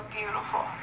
beautiful